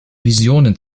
visionen